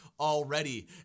already